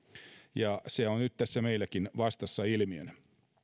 ja se on nyt tässä meilläkin vastassa ilmiönä oli